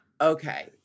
Okay